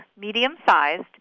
medium-sized